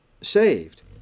saved